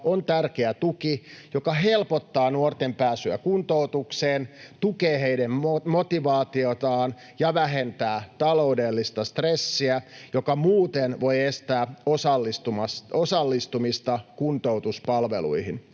on tärkeä tuki, joka helpottaa nuorten pääsyä kuntoutukseen, tukee heidän motivaatiotaan ja vähentää taloudellista stressiä, joka muuten voi estää osallistumista kuntoutuspalveluihin.